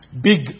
big